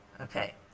Okay